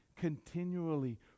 continually